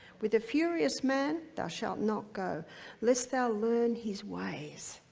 with a furious man thou shalt not go lest thou learn his ways,